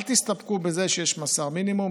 אל תסתפקו בזה שיש מאסר מינימום,